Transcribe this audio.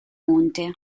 monte